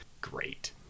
great